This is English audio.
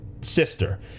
sister